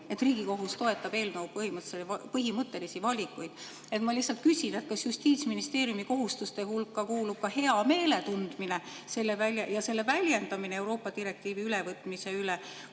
et Riigikohus toetab eelnõu põhimõttelisi valikuid." Ma lihtsalt küsin, kas Justiitsministeeriumi kohustuste hulka kuulub ka heameele tundmine ja selle väljendamine Euroopa direktiivi ülevõtmise üle.